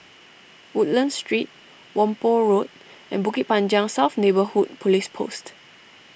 Woodlands Street Whampoa Road and Bukit Panjang South Neighbourhood Police Post